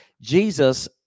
Jesus